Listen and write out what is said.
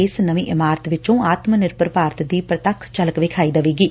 ਇਸ ਨਵੀਂ ਇਮਾਰਤ ਵਿਚੋਂ ਆਤਮ ਨਿਰਭਰ ਭਾਰਤ ਦੀ ਪ੍ਰੱਖ ਝਲਕ ਦਿਖਾਈ ਦੇਵੇਗੀ